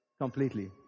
completely